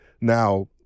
now